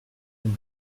donc